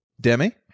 Demi